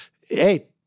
hey